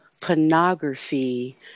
pornography